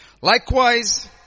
Likewise